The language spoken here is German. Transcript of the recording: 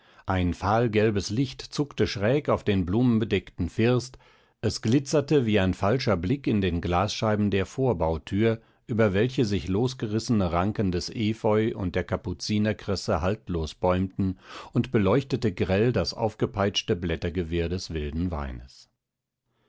ein fahlgelbes licht zuckte schräg auf den blumenbedeckten first es glitzerte wie ein falscher blick in den glasscheiben der vorbauthür über welche sich losgerissene ranken des epheu und der kapuzinerkresse haltlos bäumten und beleuchtete grell das aufgepeitschte blättergewirr des wilden weines